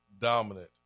dominant